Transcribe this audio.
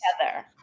together